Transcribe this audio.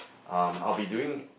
um I'll be doing